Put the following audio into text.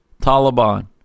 Taliban